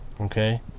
Okay